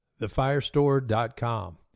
TheFireStore.com